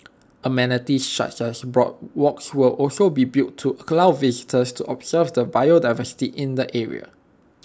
amenities such as boardwalks will also be built to allow visitors to observe the biodiversity in the area